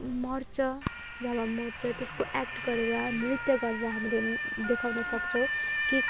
मर्छ जब मर्छ त्यसको एक्ट गरेर नृत्य गरेर हामीले देखाउन सक्छौँ कि